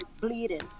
bleeding